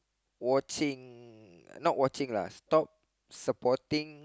watching not watching lah stop supporting